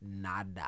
Nada